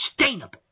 sustainable